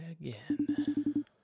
again